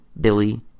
Billy